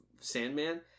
Sandman